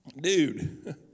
dude